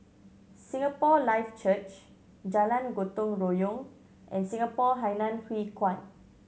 Singapore Life Church Jalan Gotong Royong and Singapore Hainan Hwee Kuan